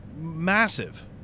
massive